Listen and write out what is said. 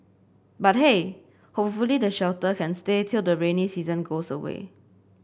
but hey hopefully the shelter can stay till the rainy season goes away